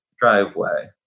driveway